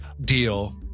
deal